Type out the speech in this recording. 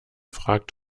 fragt